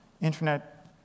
internet